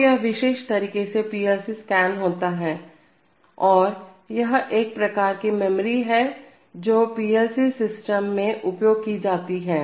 तो यह विशेष तरीके से पीएलसी स्कैन होता है औरयह एक प्रकार की मेमोरी है जो पीएलसी सिस्टम में उपयोग की जाती है